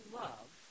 love